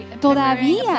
todavía